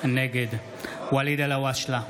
נגד ואליד אלהואשלה,